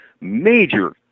major